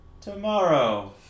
tomorrow